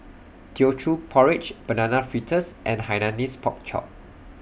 Teochew Porridge Banana Fritters and Hainanese Pork Chop